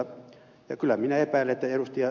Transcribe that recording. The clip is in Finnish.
kyllä minä epäilen että ed